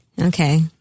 Okay